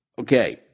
Okay